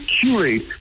curate